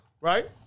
right